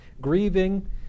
grieving